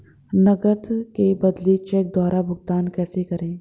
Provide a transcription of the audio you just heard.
नकद के बदले चेक द्वारा भुगतान कैसे करें?